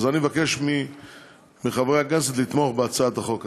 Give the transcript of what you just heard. אז אני מבקש מחברי הכנסת לתמוך בהצעת החוק הזו.